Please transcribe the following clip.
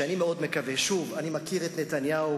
שאני מאוד מקווה, שוב, אני מכיר את נתניהו